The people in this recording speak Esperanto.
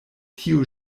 tio